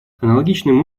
аналогичным